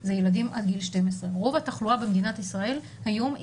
זה ילדים עד גיל 16. רוב התחלואה במדינת ישראל כיום היא